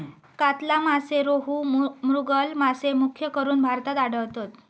कातला मासे, रोहू, मृगल मासे मुख्यकरून भारतात आढळतत